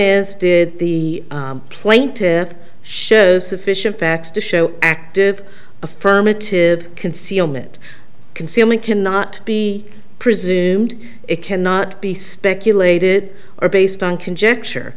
is did the plaintiff shows sufficient facts to show active affirmative concealment concealment cannot be presumed it cannot be speculated or based on conjecture